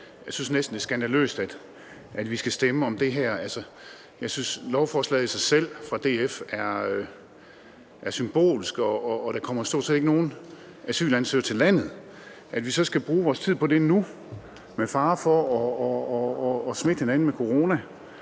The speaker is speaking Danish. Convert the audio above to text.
jeg synes, det næsten er skandaløst, at vi skal stemme om det her. Jeg synes, at beslutningsforslaget fra DF i sig selv er symbolsk, og der kommer stort set ikke nogen asylansøgere til landet. Og så skal vi bruge vores tid på det nu med fare for at smitte hinanden med corona.